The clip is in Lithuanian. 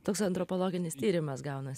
toks antropologinis tyrimas gaunas